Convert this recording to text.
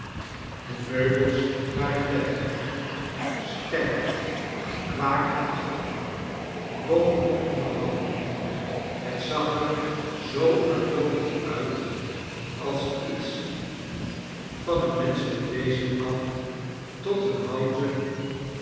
de meubels waren deftig stijf kwaker achtig doch goed onderhouden het zag er zoo uitlokkend uit als iets van een menschelijk wezen af tot een houten